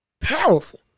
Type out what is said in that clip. powerful